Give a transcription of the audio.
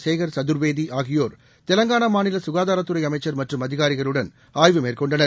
சேகர் சதுர்வேதி ஆகியோர் தெலங்கானா மாநில சுகாதாரத்துறை அமைச்சர் மற்றும் அதிகாரிகளுடன் ஆய்வு மேற்கொண்டனர்